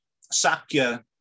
Sakya